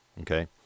Okay